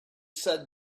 said